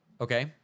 okay